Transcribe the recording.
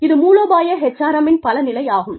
இது மூலோபாய HRM இன் பல நிலையாகும்